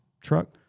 truck